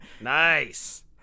nice